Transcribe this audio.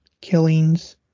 killings